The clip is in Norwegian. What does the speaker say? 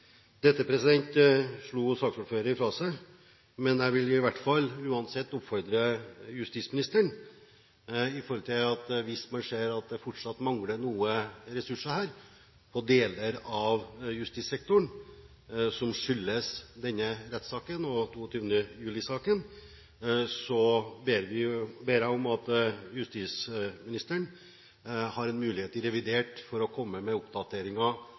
Dette slo saksordfører fra seg, men jeg vil i hvert fall uansett oppfordre justisministeren: Hvis man ser at det fortsatt mangler noe ressurser her på deler av justissektoren som skyldes denne rettssaken og 22. juli-saken, ber jeg om at justisministeren bruker muligheten i revidert budsjett for å komme med